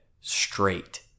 straight